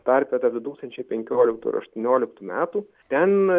tarpe tarp du tūkstančiai penkioliktų ir aštuonioliktų metų ten